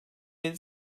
yedi